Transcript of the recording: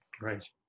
right